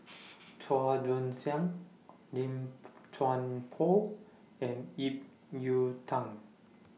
Chua Joon Siang Lim Chuan Poh and Ip Yiu Tung